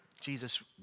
Jesus